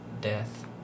death